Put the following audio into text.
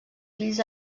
fills